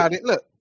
Look